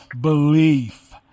belief